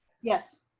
yes.